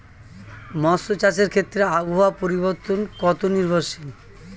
মৎস্য চাষের ক্ষেত্রে আবহাওয়া পরিবর্তন কত নির্ভরশীল?